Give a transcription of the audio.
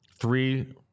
Three